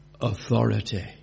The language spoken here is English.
authority